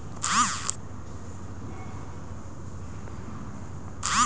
भारत म कोरी भर ले जादा नसल के छेरी बोकरा पाए जाथे